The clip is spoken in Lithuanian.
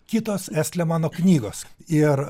kitos estlemano knygos ir